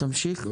תמשיך,